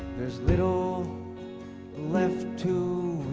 there's little left to